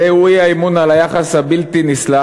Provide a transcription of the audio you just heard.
זהו האי-אמון על היחס הבלתי-נסלח,